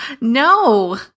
No